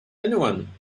anyone